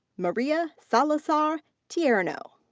maria salazar tijerino.